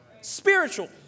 spiritual